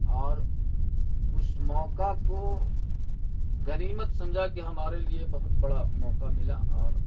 اور اس موقع کو غنیمت سمجھا کہ ہمارے لیے بہت بڑا موقع ملا اور